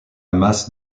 masse